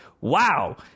Wow